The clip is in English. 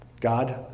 God